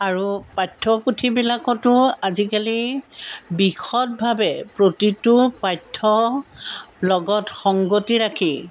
আৰু পাঠ্যপুথিবিলাকতো আজিকালি বিশদভাৱে প্ৰতিটো পাঠ্য লগত সংগতি ৰাখি